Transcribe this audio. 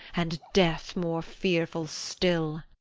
and death more fearful still.